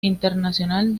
internacional